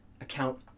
account